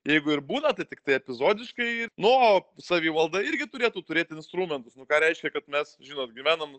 jeigu ir būna tai tiktai epizodiškai nu o savivalda irgi turėtų turėt instrumentus nu ką reiškia kad mes žinot gyvenam